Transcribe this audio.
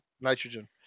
nitrogen